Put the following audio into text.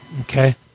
Okay